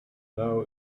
know